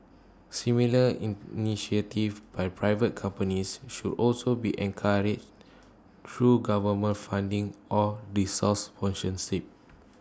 similar in initiatives by private companies should also be encouraged through government funding or resource sponsorship